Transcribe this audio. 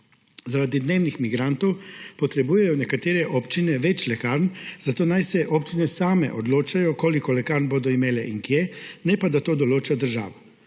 Zaradi dnevnih migrantov potrebujejo nekatere občine več lekarn, zato naj se občine same odločajo, koliko lekarn bodo imele in kje, ne pa da to določa država.